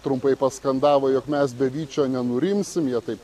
trumpai paskandavo jog mes be vyčio nenurimsim jie taip